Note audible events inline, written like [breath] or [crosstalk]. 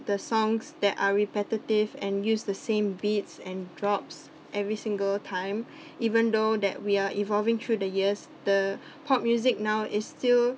the songs that are repetitive and use the same beats and drops every single time [breath] even though that we are evolving through the years the pop music now is still